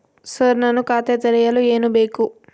Sir ನಾನು ಖಾತೆ ತೆರೆಯಲು ಏನು ಬೇಕು?